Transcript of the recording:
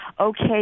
okay